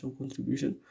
contribution